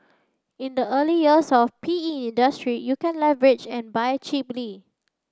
in the early years of P E industry you can leverage and buy cheaply